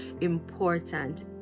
important